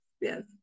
Yes